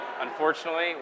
unfortunately